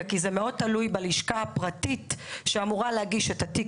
כי זה מאוד תלוי בלשכה הפרטית שאמורה להגיש את התיק